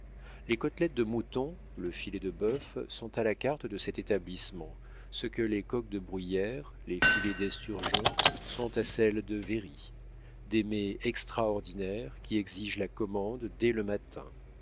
les côtelettes de mouton le filet de bœuf sont à la carte de cet établissement ce que les coqs de bruyère les filets d'esturgeon sont à celle de véry des mets extraordinaires qui exigent la commande dès le matin